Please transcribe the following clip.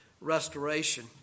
restoration